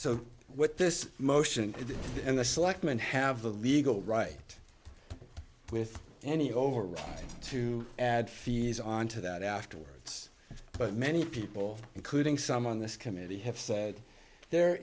so what this motion and the selectmen have the legal right with any over to add fees on to that afterwards but many people including some on this committee have said there